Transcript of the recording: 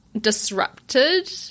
disrupted